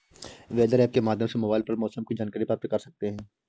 weather app के माध्यम से मोबाइल पर मौसम की जानकारी प्राप्त कर सकते हैं